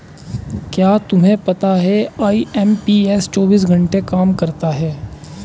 क्या तुम्हें पता है आई.एम.पी.एस चौबीस घंटे काम करता है